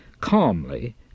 Calmly